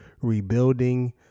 rebuilding